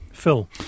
Phil